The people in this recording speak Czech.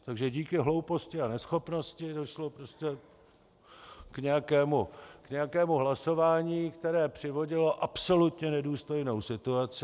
Takže díky hlouposti a neschopnosti došlo prostě k nějakému hlasování, které přivodilo absolutně nedůstojnou situaci.